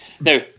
Now